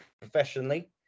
professionally